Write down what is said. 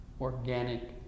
organic